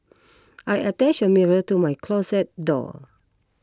I attached a mirror to my closet door